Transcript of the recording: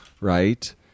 Right